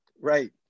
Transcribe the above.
Right